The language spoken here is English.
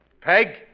Peg